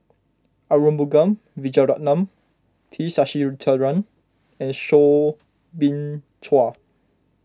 Arumugam Vijiaratnam T Sasitharan and Soo Bin Chua